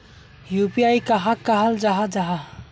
UPI कहाक कहाल जाहा जाहा?